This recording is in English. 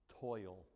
Toil